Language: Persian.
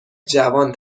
جوان